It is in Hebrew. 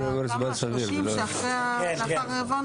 30 שאחרי הרבעון?